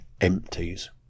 empties